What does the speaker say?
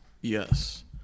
Yes